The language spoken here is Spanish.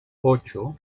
ocho